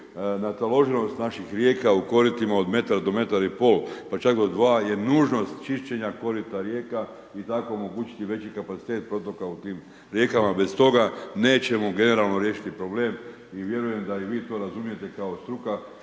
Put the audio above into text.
nataloženost naših rijeka u koritima od metar do metar i pol, pa čak i do 2, je nužnost čišćenja korita rijeka i tako omogućiti veći kapacitet protoka u tim rijekama, bez toga nećemo generalno riješiti problem, i vjerujem da i vi to razumijete kao struka